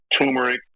turmeric